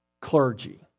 clergy